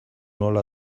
nola